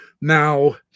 Now